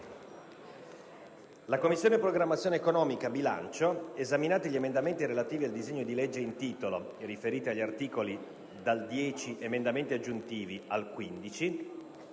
«La Commissione programmazione economica, bilancio, esaminati gli emendamenti relativi al disegno di legge in titolo riferiti agli articoli dal 10 - emendamenti aggiuntivi - al 15,